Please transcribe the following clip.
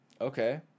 Okay